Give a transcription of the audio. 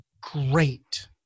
great